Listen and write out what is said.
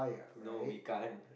no we can't